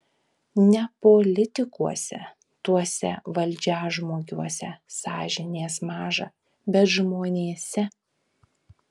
ne politikuose tuose valdžiažmogiuose sąžinės maža bet žmonėse